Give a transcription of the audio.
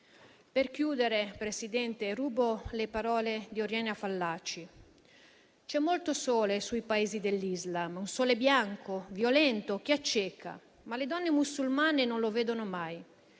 signora Presidente, rubo le parole di Oriana Fallaci: «C'è molto sole sui Paesi dell'Islam, un sole bianco, violento, che acceca. Ma le donne musulmane non lo vedono mai: